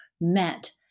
met